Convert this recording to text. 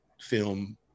film